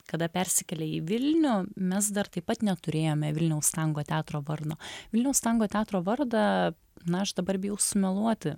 kada persikėlė į vilnių mes dar taip pat neturėjome vilniaus tango teatro vardo vilniaus tango teatro vardą na aš dabar bijau sumeluoti